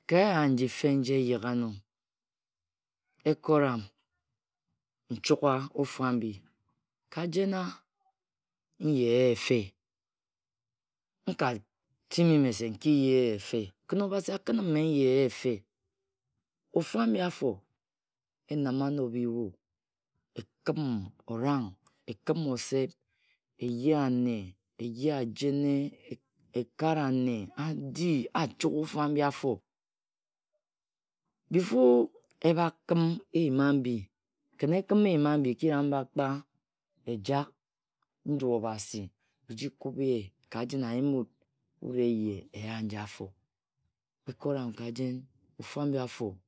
Ka eye njife nji eyegano ekoram nchugha ofu abhi ka jena. n-ye eya efe. nka timi mese nki ye eya efe, khin obhasi a kin m me n ye eya efe. ofu abhi afo, e nama ano biyu. e khim orang. e khim oseb. e ye ane. e ye ajene, e kare ane. adi, a chugha ofu abhi afo. Before e bha khim eyim abhi, khin e khim eyim abhi. khim e khim eyim abhi eki rang mba kpe e jak nju obhasi e ji kub ye ka jen a yim wut. wut e ye eya aji afo. Ekora m ka jen. ofu abhi afo.